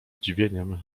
zdziwieniem